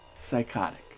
psychotic